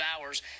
hours